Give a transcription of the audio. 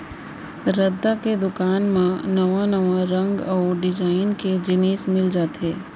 रद्दा के दुकान म नवा नवा रंग अउ डिजाइन के जिनिस मिल जाथे